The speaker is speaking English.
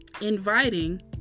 inviting